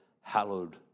hallowed